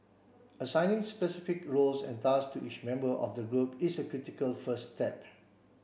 assigning specific roles and task to each member of the group is a critical first step